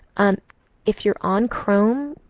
um if you're on chrome,